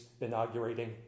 inaugurating